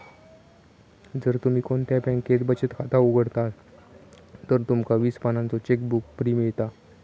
जर तुम्ही कोणत्या बॅन्केत बचत खाता उघडतास तर तुमका वीस पानांचो चेकबुक फ्री मिळता